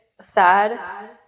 sad